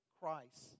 Christ